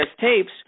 tapes